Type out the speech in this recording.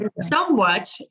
somewhat